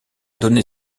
donné